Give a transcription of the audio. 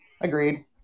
Agreed